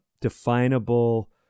definable